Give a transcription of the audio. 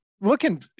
looking